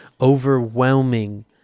overwhelming